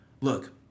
look